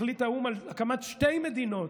האו"ם החליט על הקמת שתי מדינות,